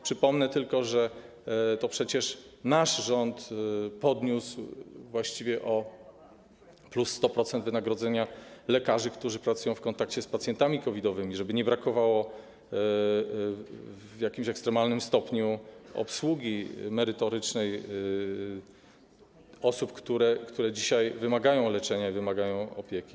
Przypomnę tylko, że to przecież nasz rząd podniósł właściwie o 100% wynagrodzenia lekarzy, którzy pracują w kontakcie z pacjentami COVID-owymi, żeby nie brakowało w jakimś ekstremalnym stopniu obsługi merytorycznej osób, które dzisiaj wymagają leczenia i wymagają opieki.